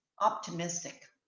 optimistic